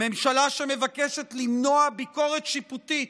ממשלה שמבקשת למנוע ביקורת שיפוטית